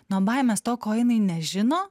nuo baimės to ko jinai nežino